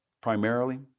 primarily